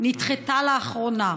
נדחתה לאחרונה.